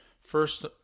First